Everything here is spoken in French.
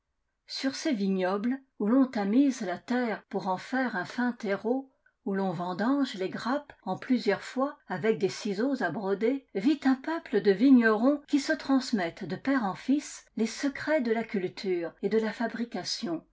sur ces vignobles où l'on tamise la terre pour en faire un fin terreau oii l'on vendange les grappes en plusieurs fois avec des ciseaux à broder vit un peuple de vignerons qui se transmettent de père en fils les secrets de la culture et de la fabrication